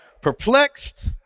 Perplexed